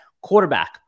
Quarterback